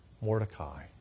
Mordecai